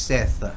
Seth